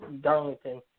Darlington